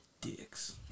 dicks